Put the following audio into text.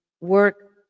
work